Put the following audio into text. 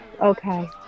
okay